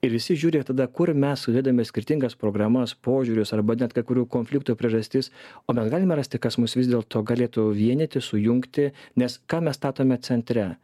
ir visi žiūri va tada kur mes sudedame skirtingas programas požiūrius arba net kai kurių konfliktų priežastis o mes galime rasti kas mus vis dėlto galėtų vienyti sujungti nes ką mes statome centre